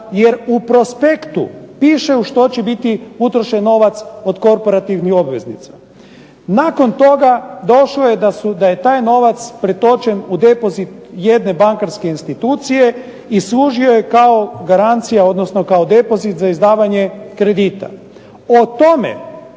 jer u prospektu piše u što će biti utrošen novac od korporativnih obveznica. Nakon toga došlo je da je taj novac pretočen u depozit jedne bankarske institucije i služio je kao garancija, odnosno kao depozit za izdavanje kredita.